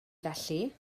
felly